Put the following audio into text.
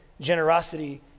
generosity